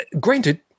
granted